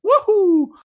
Woohoo